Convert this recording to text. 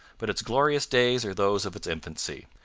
but its glorious days are those of its infancy,